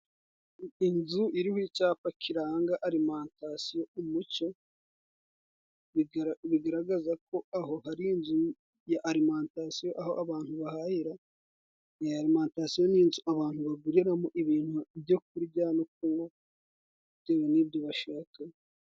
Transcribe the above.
Inzu iriho icyapa kiranga alimantasiyo Umucyo. Bigaragaza ko aho hari inzu ya alimantasiyo aho abantu bahahira. Alimantasiyo ni inzu abantu baguriramo ibintu ibyo kurya no kunywa bitewe n'ibyo bashaka.